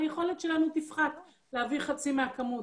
היכולת שלנו תפחת להביא חצי מהכמות.